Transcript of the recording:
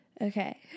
Okay